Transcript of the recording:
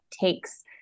takes